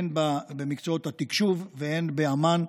הן במקצועות התקשוב והן באמ"ן,